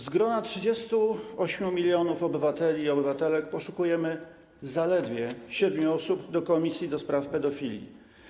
Z grona 38 mln obywateli i obywatelek poszukujemy zaledwie 7 osób do komisji do spraw pedofilii.